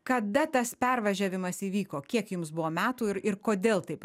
kada tas pervažiavimas įvyko kiek jums buvo metų ir ir kodėl taip